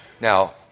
Now